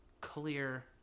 clear